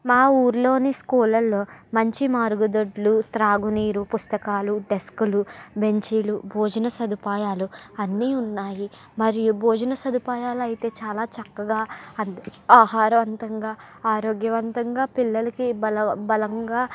మా ఊరిలోని స్కూళ్ళలో మంచి మరుగుదొడ్లు త్రాగు నీరు పుస్తకాలు డెస్కులు బెంచీలు భోజన సదుపాయాలు అన్నీ ఉన్నాయి మరియు భోజన సదుపాయాలు అయితే చాలా చక్కగా అంది ఆహారవంతంగా ఆరోగ్యవంతంగా పిల్లలకి బల బలంగా